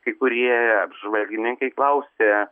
kai kurie apžvalgininkai klausia